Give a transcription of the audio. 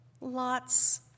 lots